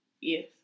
Yes